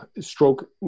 stroke